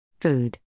Food